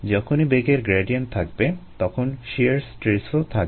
যখনই বেগের গ্র্যাডিয়েন্ট থাকবে তখন শিয়ার স্ট্রেসও থাকবে